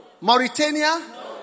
Mauritania